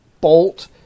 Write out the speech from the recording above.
bolt